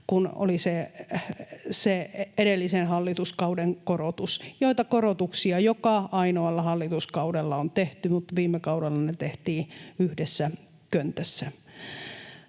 kun oli se edellisen hallituskauden korotus. Näitä korotuksia on tehty joka ainoalla hallituskaudella, mutta viime kaudella ne tehtiin yhdessä köntässä.